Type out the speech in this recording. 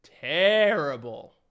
Terrible